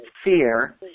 fear